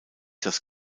das